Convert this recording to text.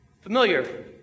familiar